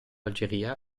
algeria